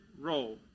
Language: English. role